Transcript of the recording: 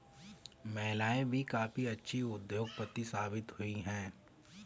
महिलाएं भी काफी अच्छी उद्योगपति साबित हुई हैं